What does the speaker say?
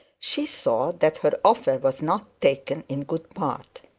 she saw that her offer was not taken in good part.